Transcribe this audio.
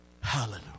Hallelujah